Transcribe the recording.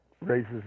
raises